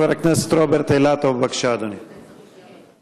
חבר הכנסת רוברט אילטוב, בבקשה, אדוני.